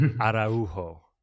Araujo